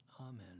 Amen